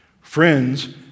Friends